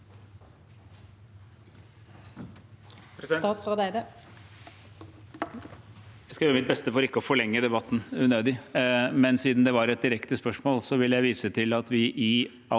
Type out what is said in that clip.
Jeg skal gjøre mitt beste for ikke å forlenge debatten unødig, men siden det var et direkte spørsmål, vil jeg vise til at vi i